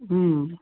ಹ್ಞೂ